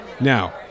Now